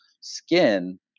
skin